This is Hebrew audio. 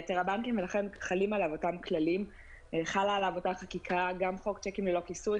ואת חוק צ'קים ללא כיסוי,